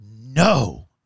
No